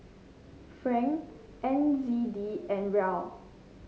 franc N Z D and Riel